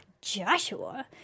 Joshua